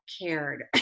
cared